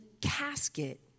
casket